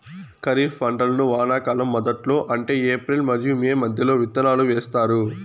ఖరీఫ్ పంటలను వానాకాలం మొదట్లో అంటే ఏప్రిల్ మరియు మే మధ్యలో విత్తనాలు వేస్తారు